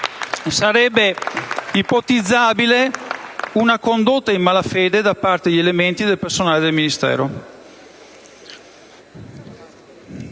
sarebbe ipotizzabile una condotta in malafede da parte di elementi del personale del Ministero.